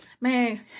man